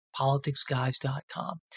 politicsguys.com